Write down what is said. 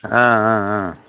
ஆ ஆ ஆ